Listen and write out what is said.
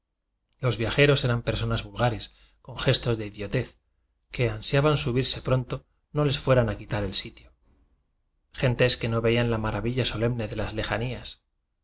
los viajeros eran personas vulgares con gestos de idio tez que ansiaban subirse pronto no ies fue ran a quitar el sitio gentes que no veían la maravilla solemne de las lejanías